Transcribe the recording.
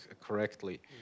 correctly